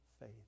faith